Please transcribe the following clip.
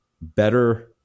better